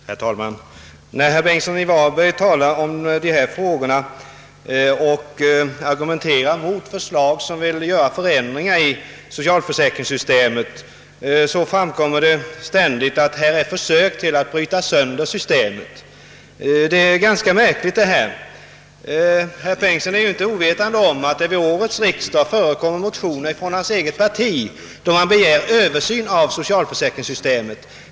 Herr talman! När herr Bengtsson i Varberg diskuterar dessa frågor och ar gumenterar mot förslag som innebär förändringar i socialförsäkringssystemet, framkommer det ständigt att det skulle röra sig om försök att bryta sönder systemet. Det är ganska märkligt, ty herr Bengtsson är ju inte okunnig om att det till årets riksdag föreligger motioner från hans eget parti med begäran om översyn av socialförsäkringssystemet.